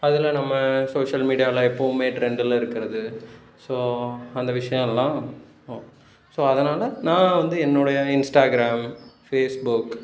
அதில் நம்ம சோஷியல் மீடியாவில் எப்பவுமே ட்ரெண்டில் இருக்குகிறது ஸோ அந்த விஷயம்லாம் ம் ஸோ அதனால் நான் வந்து என்னுடைய இன்ஸ்டாகிராம் ஃபேஸ்புக்